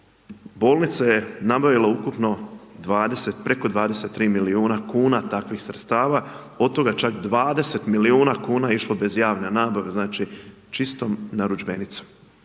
bolnica je nabavila ukupno 20, preko 23 milijuna kn takvih sredstava, od toga čak 20 milijuna kn je išlo bez javne nabave, znači čistom narudžbenicom.